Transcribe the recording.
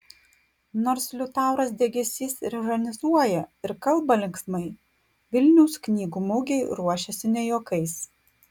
nors liutauras degėsys ir ironizuoja ir kalba linksmai vilniaus knygų mugei ruošiasi ne juokais